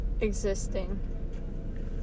Existing